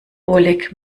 oleg